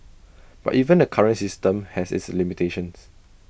but even the current system has its limitations